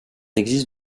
existe